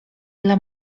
dla